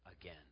again